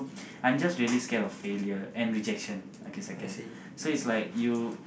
I'm just really scared of failure and rejection okay second so it's like you